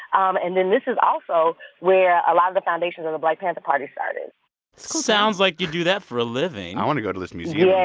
um and then this is also where a lot of the foundations of the black panther party started cool sounds like you do that for a living i want to go to this museum yeah